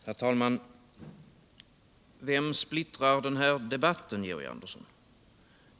Herr talman! Vem splittrar den här debatten, Georg Andersson?